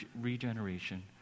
regeneration